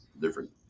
different